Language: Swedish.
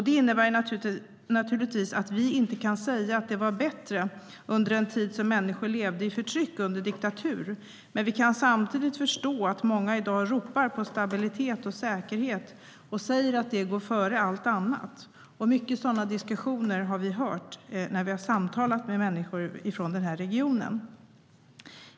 Det innebär naturligtvis inte att vi kan säga att det var bättre under den tid då människor levde i förtryck under diktatur. Men vi kan samtidigt förstå att många i dag ropar på stabilitet och säkerhet och säger att det går före allt annat. Många sådana diskussioner har vi hört, när vi har samtalat med människor från regionen.